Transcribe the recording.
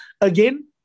again